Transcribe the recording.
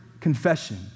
confession